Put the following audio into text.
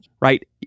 right